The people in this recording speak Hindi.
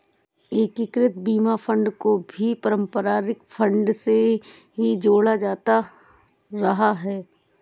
एकीकृत बीमा फंड को भी पारस्परिक फंड से ही जोड़ा जाता रहा है